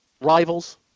rivals